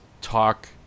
talk